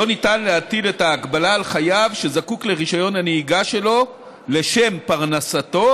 לא ניתן להטיל את ההגבלה על חייב שזקוק לרישיון הנהיגה שלו לשם פרנסתו